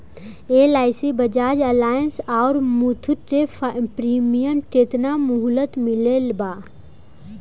LIC Bajaj Allianz आउर मुथूट के premium के केतना मुहलत मिलल बा?